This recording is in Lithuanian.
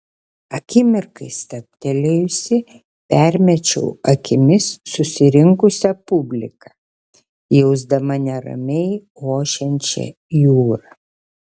akimirkai stabtelėjusi permečiau akimis susirinkusią publiką jausdama neramiai ošiančią jūrą